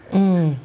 mm